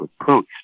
approach